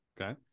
Okay